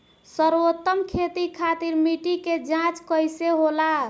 सर्वोत्तम खेती खातिर मिट्टी के जाँच कइसे होला?